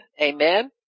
Amen